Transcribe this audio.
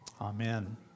Amen